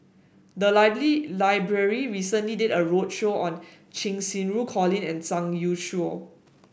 the library recently did a roadshow on Cheng Xinru Colin and Zhang Youshuo